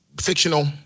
fictional